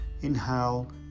inhale